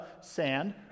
sand